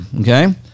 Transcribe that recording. okay